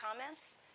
comments